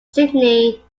sydney